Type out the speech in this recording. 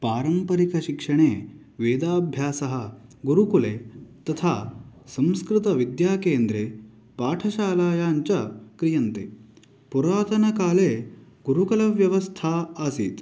पारम्परिकशिक्षणे वेदाभ्यासः गुरुकुले तथा संस्कृतविद्याकेन्द्रे पाठशालायां च क्रियन्ते पुरातनकाले गुरुकुलव्यवस्था आसीत्